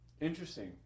interesting